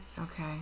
Okay